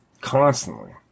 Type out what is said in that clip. constantly